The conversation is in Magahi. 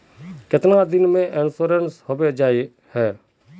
कीतना दिन में इंश्योरेंस होबे जाए है?